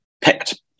picked